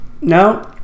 No